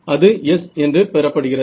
அது S என்று பெறப்படுகிறது